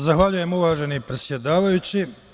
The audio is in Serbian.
Zahvaljujem uvaženi predsedavajući.